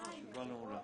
הישיבה נעולה.